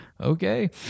Okay